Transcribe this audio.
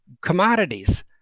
commodities